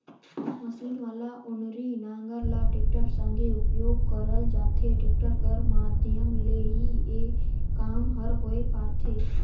machine वाला ओनारी नांगर ल टेक्टर संघे उपियोग करल जाथे, टेक्टर कर माध्यम ले ही ए काम हर होए पारथे